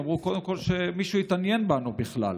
הם אמרו: קודם כול שמישהו יתעניין בנו בכלל.